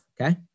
Okay